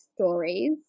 stories